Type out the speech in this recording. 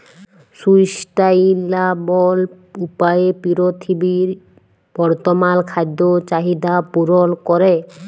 sustainable উপায়ে পীরথিবীর বর্তমাল খাদ্য চাহিদ্যা পূরল ক্যরে